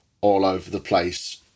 all-over-the-place